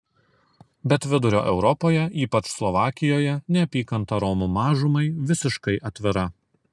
bet vidurio europoje ypač slovakijoje neapykanta romų mažumai visiškai atvira